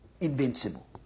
invincible